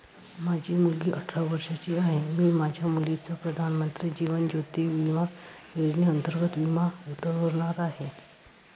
माझी मुलगी अठरा वर्षांची आहे, मी माझ्या मुलीचा प्रधानमंत्री जीवन ज्योती विमा योजनेअंतर्गत विमा उतरवणार आहे